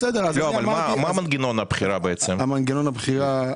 מה מנגנון הבחירה בעצם לגישתך?